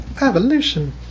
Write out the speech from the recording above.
Evolution